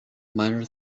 minor